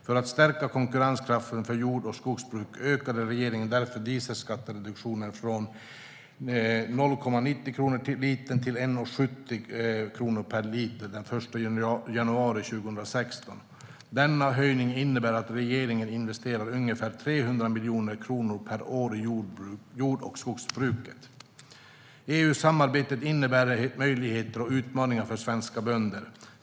För att stärka konkurrenskraften för jord och skogsbruket ökade regeringen därför dieselskattereduktionen från 0,90 kronor per liter till 1,70 kronor per liter den 1 januari 2016. Denna höjning innebär att regeringen investerar ungefär 300 miljoner kronor per år i jord och skogsbruket. 2. EU-samarbetet innebär möjligheter och utmaningar för svenska bönder.